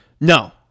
No